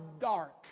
dark